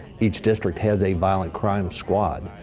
each district has a violent crime squad,